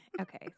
okay